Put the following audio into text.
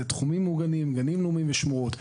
מדובר בתחומים מוגנים, גנים לאומיים ושמורות.